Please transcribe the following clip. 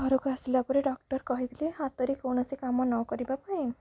ଘରକୁ ଆସିଲା ପରେ ଡ଼କ୍ଟର୍ କହିଥିଲେ ହାତରେ କୌଣସି କାମ ନକରିବା ପାଇଁ